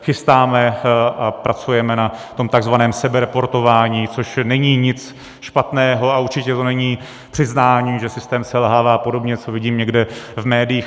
Chystáme a pracujeme na takzvaném sebereportování, což není nic špatného, a určitě to není přiznání, že systém selhává a podobně, co vidím někde v médiích.